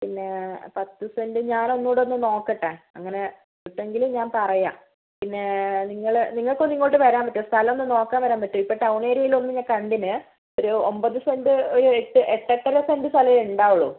പിന്നെ പത്ത് സെൻറ്റ് ഞാനൊന്നുകൂടെ ഒന്ന് നോക്കട്ടെ അങ്ങനെ ഉണ്ടെങ്കിൽ ഞാൻ പറയാം പിന്നെ നിങ്ങൾ നിങ്ങൾക്ക് ഒന്ന് ഇങ്ങോട്ട് വരാൻ പറ്റുമോ സ്ഥലം ഒന്ന് നോക്കാൻ വരാൻ പറ്റുമോ ഇപ്പോൾ ടൗൺ ഏരിയയിൽ ഞാനൊന്ന് കണ്ടിന് ഒരു ഒമ്പത് സെന്റ് ഒരു എട്ട് എട്ട് എട്ടര സെന്റ് സ്ഥലമേ ഉണ്ടാവുള്ളൂ